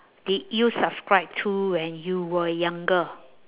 did you subscribe to when you were younger